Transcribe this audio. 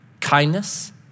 kindness